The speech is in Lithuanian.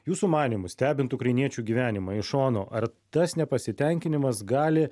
jūsų manymu stebint ukrainiečių gyvenimą iš šono ar tas nepasitenkinimas gali